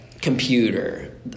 computer